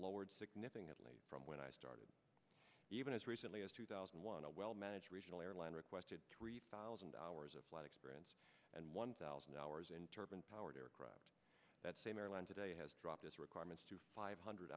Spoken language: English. lowered significantly from when i started even as recently as two thousand and one a well managed regional airline requested three thousand hours of flight experience and one thousand hours in turban powered aircraft that same airline today has dropped its requirements to five hundred